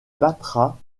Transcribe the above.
battra